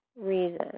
reason